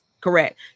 Correct